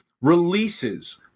releases